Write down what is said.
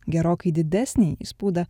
gerokai didesnį įspaudą